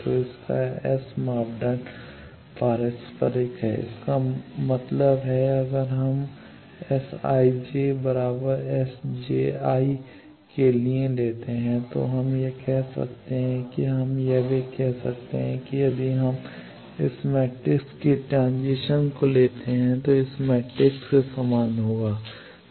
तो इसका एस मापदंड पारस्परिक है इसका मतलब है अगर हम Sij S ji के लिए लेते हैं तो हम यह कह सकते हैं या हम यह भी कह सकते हैं कि यदि हम इस मैट्रिक्स के ट्रांजिशन को लेते हैं जो इस मैट्रिक्स के समान होगा